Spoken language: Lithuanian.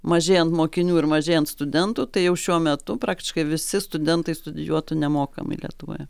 mažėjant mokinių ir mažėjant studentų tai jau šiuo metu praktiškai visi studentai studijuotų nemokamai lietuvoje